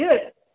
हजुर